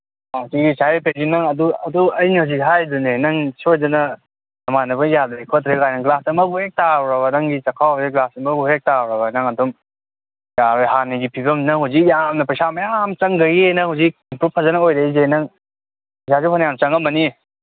ꯅꯪ ꯑꯗꯨ ꯑꯗꯨ ꯑꯩꯅ ꯍꯧꯖꯤꯛ ꯍꯥꯏꯔꯤꯗꯨꯅ ꯅꯪ ꯁꯣꯏꯗꯅ ꯅꯃꯥꯟꯅꯕ ꯌꯥꯗ꯭ꯔꯦ ꯈꯣꯠꯇ꯭ꯔꯦ ꯀꯥꯏꯅ ꯒ꯭ꯂꯥꯁ ꯑꯃ ꯐꯥꯥꯥꯥꯥꯥꯥꯥꯥꯥꯎ ꯍꯦꯛ ꯇꯥꯔꯨꯔꯕ ꯅꯪꯒꯤ ꯆꯈꯥꯎꯁꯤꯗ ꯒ꯭ꯂꯥꯁ ꯑꯃꯕꯨ ꯍꯦꯛ ꯇꯥꯔꯨꯔꯕ ꯅꯪ ꯑꯗꯨꯝ ꯌꯥꯔꯔꯣꯏ ꯍꯥꯟꯅꯒꯤ ꯐꯤꯕꯝ ꯅꯪ ꯍꯧꯖꯤꯛ ꯌꯥꯝꯅ ꯄꯩꯁꯥ ꯃꯌꯥꯝ ꯆꯪꯒꯩꯒꯤ ꯅꯪ ꯍꯧꯖꯤꯛ ꯏꯝꯄ꯭ꯔꯨꯞ ꯐꯖꯅ ꯑꯣꯏꯔꯦ ꯅꯪ ꯄꯩꯁꯥꯁꯨ ꯐꯅꯌꯥꯝ ꯆꯪꯉꯝꯃꯅꯤ